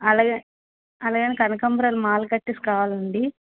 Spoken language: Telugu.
అలాగే అలాగే కనకాంబరాలు మాల కట్టేసి కావాలండి